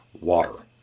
Water